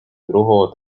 другого